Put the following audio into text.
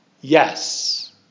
Yes